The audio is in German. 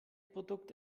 produkt